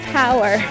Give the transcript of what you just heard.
power